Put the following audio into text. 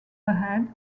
ahead